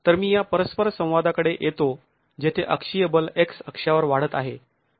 तर मी या परस्परसंवादा कडे येतो जेथे अक्षीय बल x अक्षावर वाढत आहे